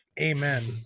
Amen